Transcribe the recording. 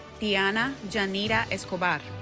diana janira escobar